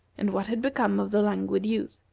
and what had become of the languid youth.